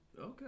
Okay